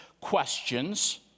questions